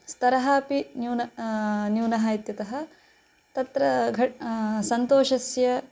स्तरः अपि न्यूनः न्यूनः इत्यतः तत्र घट् सन्तोषस्य